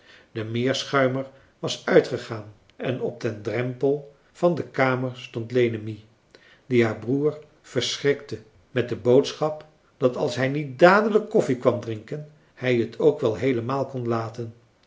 de meerschuimer was uitgegaan en op den drempel van de kamer stond lenemie die haar broer verschrikte met de boodschap dat als hij niet dadelijk koffie kwam drinken hij het ook wel heelemaal kon laten